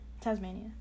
Tasmania